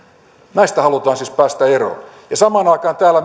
näistä halutaan siis päästä eroon ja samaan aikaan täällä